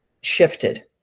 shifted